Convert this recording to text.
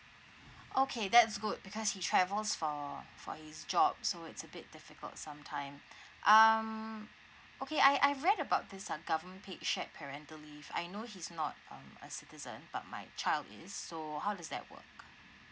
okay that's good because he travels for for his job so it's a bit difficult sometime um okay I I've read about this uh government paid shared parental leave I know he's not uh a citizen but my child is so how does that work